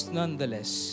nonetheless